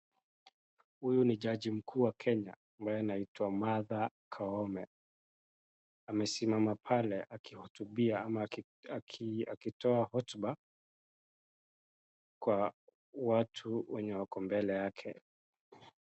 Huyu ni jaji mkuu wa Kenya ambaye anaitwa Martha koome amesimama pale akiwahutubia ama akitoa hotuba Kwa watu wenye wako mbele yake